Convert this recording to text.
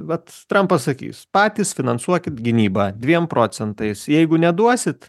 vat trampas sakys patys finansuokit gynybą dviem procentais jeigu neduosit